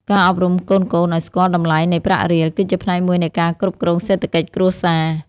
ការអប់រំកូនៗឱ្យស្គាល់តម្លៃនៃប្រាក់រៀល គឺជាផ្នែកមួយនៃការគ្រប់គ្រងសេដ្ឋកិច្ចគ្រួសារ។